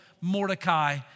Mordecai